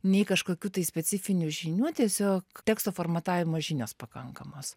nei kažkokių tai specifinių žinių tiesiog teksto formatavimo žinios pakankamos